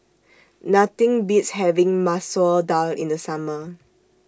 Nothing Beats having Masoor Dal in The Summer